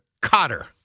Cotter